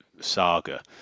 saga